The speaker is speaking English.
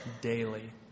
daily